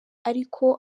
ariko